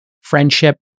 friendship